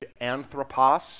anthropos